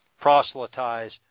proselytize